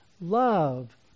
love